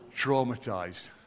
traumatized